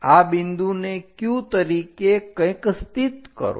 આ બિંદુને Q તરીકે કંઈક સ્થિત કરો